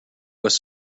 was